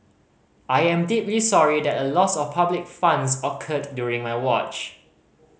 I am deeply sorry that a loss of public funds occurred during my watch